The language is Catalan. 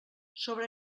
sobre